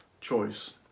choice